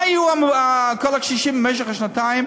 מה יהיה עם כל הקשישים במשך השנתיים?